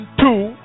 two